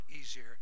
easier